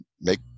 make